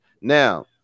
Now